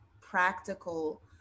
practical